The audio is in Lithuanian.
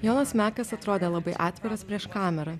jonas mekas atrodė labai atviras prieš kamerą